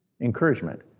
Encouragement